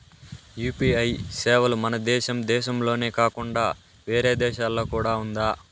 UPI సేవలు మన దేశం దేశంలోనే కాకుండా వేరే దేశాల్లో కూడా ఉందా?